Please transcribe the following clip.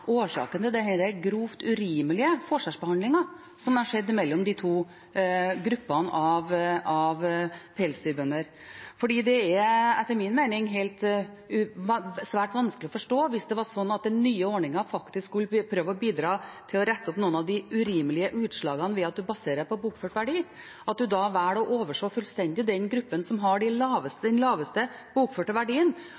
årsaken til denne grovt urimelige forskjellsbehandlingen av de to gruppene av pelsdyrbønder. Det er etter min mening svært vanskelig å forstå, hvis det var slik at den nye ordningen skulle prøve å bidra til å rette opp noen av de urimelige utslagene av at man baserte seg på den bokførte verdien, at en da velger fullstendig å overse den gruppen som har den laveste